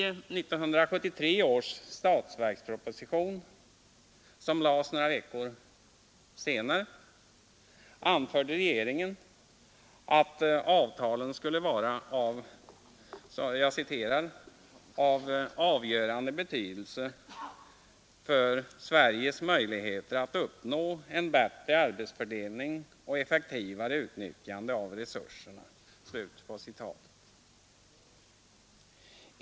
I 1973 års statsverksproposition, som lades några veckor senare, anförde regeringen att avtalen skulle vara av avgörande betydelse för Sveriges möjligheter att uppnå en bättre arbetsfördelning och ett effektivare utnyttjande av resurserna.